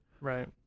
Right